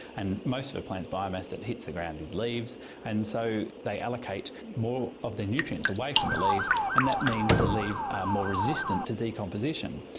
and most of the plants' biomass that hits the grounds is leaves and so they allocate more of their nutrients away from the leaves and that means the leaves are more resistant to decomposition.